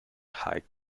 high